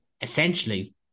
essentially